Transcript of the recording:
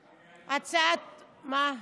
מה?